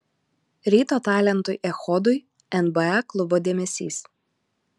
ryto talentui echodui nba klubo dėmesys